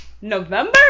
November